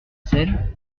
scène